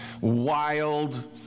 wild